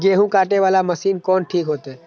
गेहूं कटे वाला मशीन कोन ठीक होते?